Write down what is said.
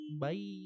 Bye